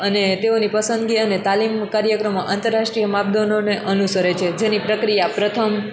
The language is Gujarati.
અને તેઓની પસંદગી અને તાલીમ કાર્યક્રમો આંતરરાષ્ટ્રિય માપદંડોને અનુસરે છે જેની પ્રક્રિયા પ્રથમ